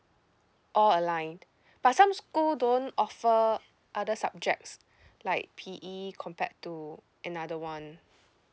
oh align but some school don't offer other subjects like P_E compared to another [one]